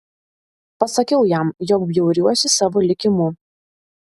pasakiau jam jog bjauriuosi savo likimu